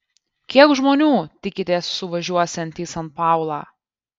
kiek žmonių tikitės suvažiuosiant į san paulą